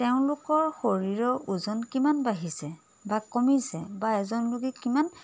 তেওঁলোকৰ শৰীৰৰ ওজন কিমান বাঢ়িছে বা কমিছে বা এজন লোকে কিমান